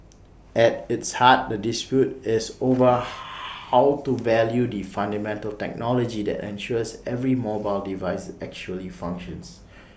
at its heart the dispute is over how to value the fundamental technology that ensures every mobile device actually functions